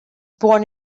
born